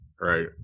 right